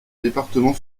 département